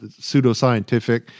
pseudoscientific